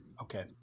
okay